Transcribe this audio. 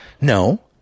No